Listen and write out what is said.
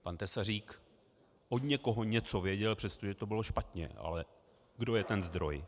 Pan Tesařík od někoho něco věděl, přestože to bylo špatně, ale kdo je ten zdroj.